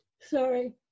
Sorry